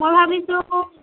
মই ভাবিছোঁ আকৌ